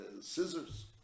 scissors